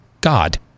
God